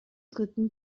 dritten